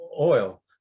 oil